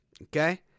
Okay